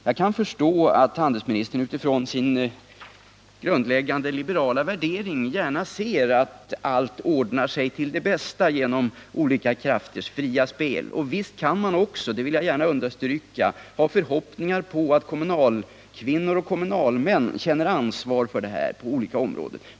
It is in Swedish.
Jag kan förstå att handelsministern från sina grundläggande liberala värderingar gärna ser att allt skall ordna sig till det bästa genom olika krafters olika spel. Och visst kan man också — det vill jag understryka — ha förhoppningar om att kommunalkvinnor och kommunalmän känner ansvar inför detta på olika områden.